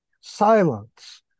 Silence